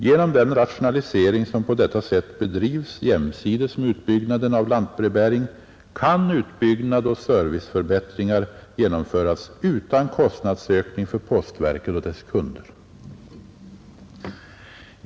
Genom den rationalisering som på detta sätt bedrivs jämsides med utbyggnaden av lantbrevbäring kan utbyggnad och serviceförbättringar genomföras utan kostnadsökning för postverket och dess kunder.